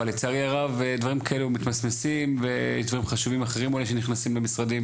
אבל לצערי הרב דברים כאלו מתמסמסים ויש דברים חשובים שנכנסים ממשרדים.